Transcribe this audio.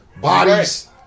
bodies